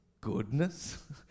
goodness